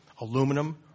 aluminum